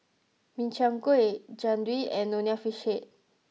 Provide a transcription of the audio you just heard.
Min Chiang Kueh Jian Dui and Nonya Fish Head